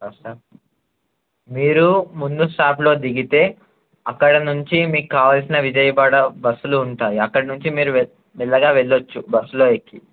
bus మీరు ముందు స్టాప్లో దిగితే అక్కడ నుంచి మీకు కావాల్సిన విజయవాడ బస్సులు ఉంటాయి అక్కడి నుంచి మీరు వె మెల్లగా వెళ్ళొచ్చు బస్సులో ఎక్కి